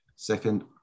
Second